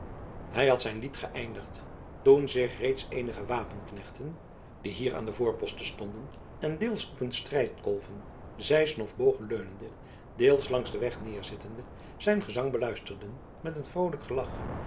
hij had zijn lied geëindigd toen zich reeds eenige wapenknechten die hier aan de voorposten stonden en deels op hun strijdkolven zeisen of bogen leunende deels langs den weg nederzittende zijn gezang beluisterden met een vroolijk gelach